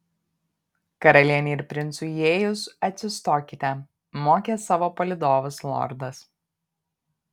karalienei ir princui įėjus atsistokite mokė savo palydovus lordas